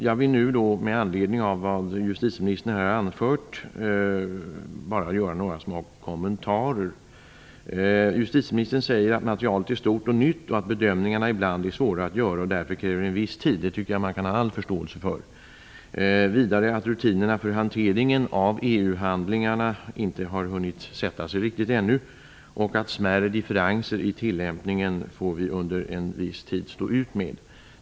Jag vill med anledning av det justitieministern här har anfört bara göra några små kommentarer. Justitieministern säger att materialet är stort och nytt och att bedömningarna ibland är svåra att göra och därför kräver en viss tid. Det tycker jag att man kan ha all förståelse för. Vidare säger hon att rutinerna för hanteringen av EU-handlingarna inte har hunnit sätta sig riktigt ännu och att smärre differenser i tilllämpningen får vi under en viss tid stå ut med.